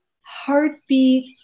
heartbeat